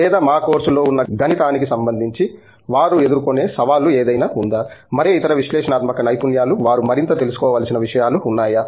లేదా వారు మా కోర్సుల్లో ఉన్న గణితానికి సంబంధించి వారు ఎదుర్కొనే సవాలు ఏదైనా ఉందా మరే ఇతర విశ్లేషణాత్మక నైపుణ్యాలు వారు మరింత తెలుసుకోవలసిన విషయాలు ఉన్నాయా